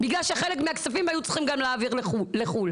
בגלל שחלק מהכספים היו צריכים גם להעביר לחו"ל.